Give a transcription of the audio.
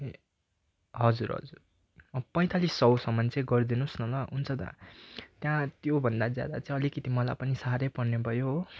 ए हजुर हजुर पैँतालिस सयसम्म चाहिँ गरिदिनुहोस् न ल हुन्छ दा त्याँ त्योभन्दा ज्यादा चाहिँ अलिकति मलाई पनि साह्रै पर्ने भयो हो